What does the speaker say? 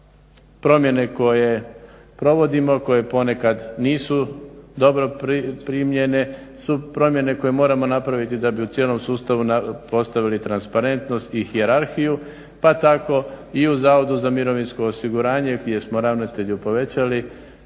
promjene koje provodimo, koje ponekad nisu dobro primljene su promjene koje moramo napraviti da bi u cijelom sustavu postavili transparentnost i hijerarhiju pa tako i u HZMO-u gdje smo ravnatelju povećali